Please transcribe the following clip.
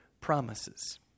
promises